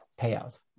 payout